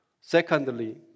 Secondly